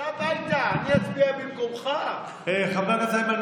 חבר הכנסת איימן עודה.